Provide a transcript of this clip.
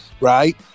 right